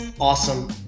awesome